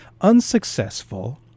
unsuccessful